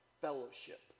fellowship